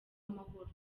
amahoro